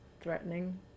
threatening